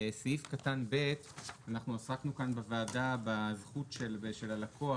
בסעיף קטן (ב) אנחנו עסקנו כאן בוועדה בזכות של הלקוח